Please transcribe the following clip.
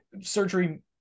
surgery